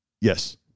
Yes